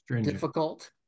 difficult